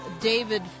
David